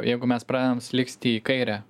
jeigu mes pradedam slysti į kairę